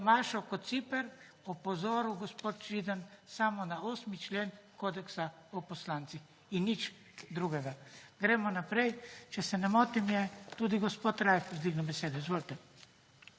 Mašo Kociper opozoril, gospod Židan, samo na 8. člen kodeksa o poslancih in nič drugega. Gremo naprej. Če se ne motim ,je tudi gospod Rajh želel besedo.